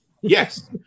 Yes